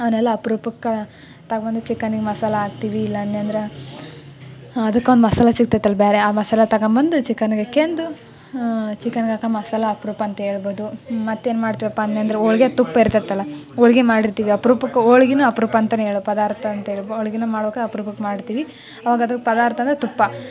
ಅವುನೆಲ್ಲ ಅಪ್ರೂಪಕ್ಕೆ ತಗೋಬಂದು ಚಿಕನ್ನಿಗೆ ಮಸಾಲ ಹಾಕ್ತೀವಿ ಇಲ್ಲಾಂದೆನಂದ್ರ ಅದಕ್ಕೆ ಒಂದು ಮಸಾಲ ಸಿಕ್ತತಲ್ಲ ಬೇರೆ ಆ ಮಸಾಲ ತಗೊಬಂದು ಚಿಕನ್ಗೆ ಹಾಕ್ಯಂದು ಚಿಕನ್ಗೆ ಹಾಕೊ ಮಸಾಲ ಅಪ್ರೂಪ ಅಂತ ಹೇಳ್ಬೌದು ಮತ್ತೇನು ಮಾಡ್ತೀವಪ್ಪಾ ಅಂದೆನಂದ್ರ್ ಹೋಳ್ಗೆ ತುಪ್ಪ ಇರ್ತದಲ್ಲ ಓಳ್ಗಿ ಮಾಡಿರ್ತೀವಿ ಅಪ್ರೂಪಕ್ಕೆ ಹೋಳ್ಗೆನೂ ಅಪರೂಪ ಅಂತನೇ ಹೇಳ್ ಪದಾರ್ಥ ಅಂತ ಹೇಳ್ ಹೋಳ್ಗಿನೂ ಮಾಡ್ಬೇಕಾ ಅಪ್ರೂಪಕ್ಕೆ ಮಾಡಿರ್ತೀವಿ ಆವಾಗ ಅದ್ರ ಪದಾರ್ಥ ಅಂದರೆ ತುಪ್ಪ